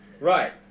Right